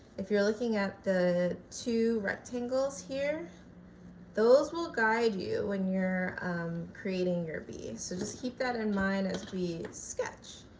if you're looking at the two rectangles here those will guide you when you're creating your b. so just keep that in mind as we sketch.